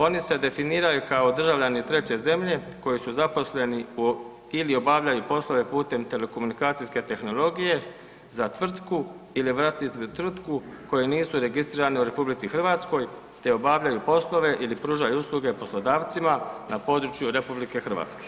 Oni se definiraju kao državljani treće zemlje koji su zaposleni ili obavljaju poslove putem telekomunikacijske tehnologije za tvrtku ili vlastitu tvrtku koji nisu registrirani u RH te obavljaju poslove ili pružaju usluge poslodavcima na području RH.